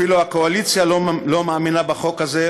אפילו הקואליציה לא מאמינה בחוק הזה,